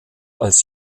als